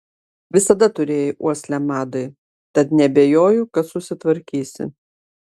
visada turėjai uoslę madai tad neabejoju kad susitvarkysi